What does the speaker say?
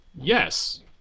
yes